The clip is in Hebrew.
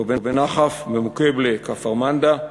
כמו בנחף, מוקיבלה וכפר-מנדא,